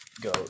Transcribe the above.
go